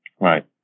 Right